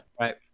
Right